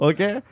Okay